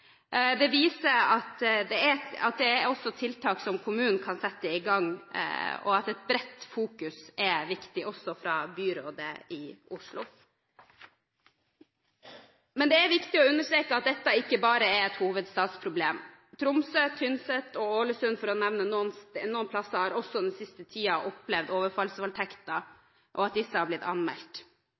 Det viser at det også er tiltak som kommunen kan sette i gang, og at en bred fokusering er viktig også fra byrådet i Oslo. Men det er viktig å understreke at dette ikke bare er et hovedstadsproblem. Tromsø, Tynset og Ålesund – for å nevne noen steder – har også den siste tiden opplevd overfallsvoldtekter, og disse har blitt anmeldt.